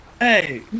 Hey